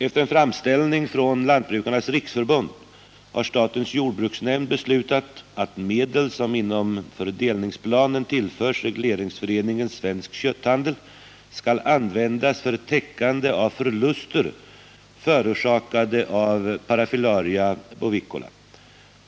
Efter en framställning från Lantbrukarnas riksförbund har statens jordbruksnämnd beslutat att medel som inom fördelningsplanen tillförs regleringsföreningen Svensk kötthandel skall användas för täckande av förluster, förorsakade av parafilaria bovicola.